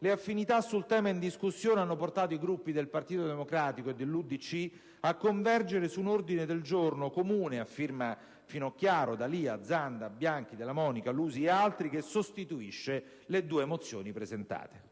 le affinità sul tema in discussione hanno portato i Gruppi del Partito Democratico e dell'UDC a convergere su un ordine del giorno comune, a firma dei senatori Finocchiaro, D'Alia, Zanda, Bianchi, Della Monica, Lusi e di altri senatori, che sostituisce le due mozioni presentate.